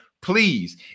please